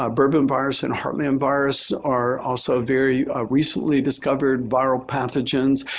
ah bourbon virus and heartland virus are also very ah recently discovered viral pathogens.